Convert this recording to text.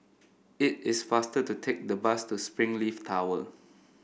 it is faster to take the bus to Springleaf Tower